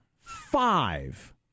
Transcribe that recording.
five